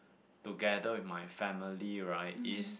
together with my family right is